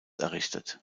errichtet